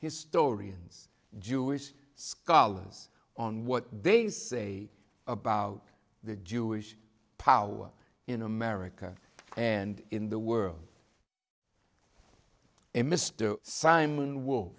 historians jewish scholars on what they say about the jewish power in america and in the world in mr simon w